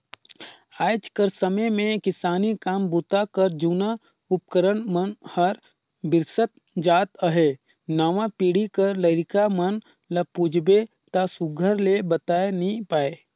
आएज कर समे मे किसानी काम बूता कर जूना उपकरन मन हर बिसरत जात अहे नावा पीढ़ी कर लरिका मन ल पूछबे ता सुग्घर ले बताए नी पाए